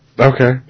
Okay